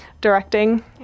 directing